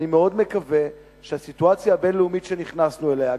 אני מאוד מקווה שהסיטואציה הבין-לאומית שנכנסנו אליה,